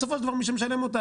בסופו של דבר מי שמשלם אותה,